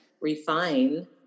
refine